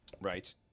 Right